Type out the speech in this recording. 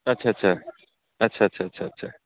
आदसा आदसा आदसा आदसा आदसा आदसा आदसा